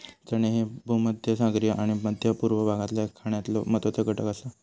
चणे ह्ये भूमध्यसागरीय आणि मध्य पूर्व भागातल्या खाण्यातलो महत्वाचो घटक आसा